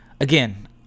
again